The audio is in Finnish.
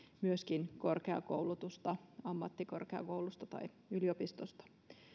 myöskin korkeakoulutusta ammattikorkeakoulusta tai yliopistosta